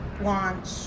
launch